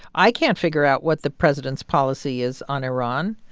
i can't figure out what the president's policy is on iran.